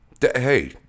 Hey